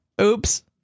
Oops